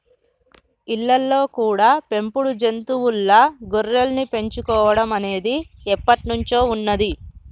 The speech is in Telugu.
ఇళ్ళల్లో కూడా పెంపుడు జంతువుల్లా గొర్రెల్ని పెంచుకోడం అనేది ఎప్పట్నుంచో ఉన్నది